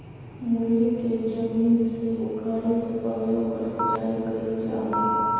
मूली के जमीन से उखाड़े से पहले ओकर सिंचाई कईल जा हइ